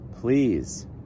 please